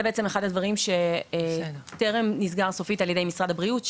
זה בעצם אחד הדברים שטרם נסגר סופית על ידי משרד הבריאות.